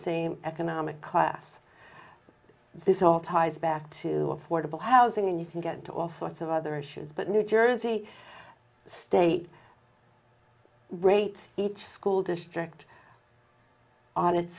same economic class this all ties back to affordable housing and you can get all sorts of other issues but new jersey state rates each school district a